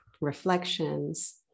reflections